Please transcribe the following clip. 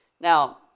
Now